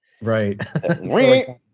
Right